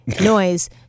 noise